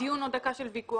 דיון או דקה של ויכוח.